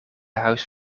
huis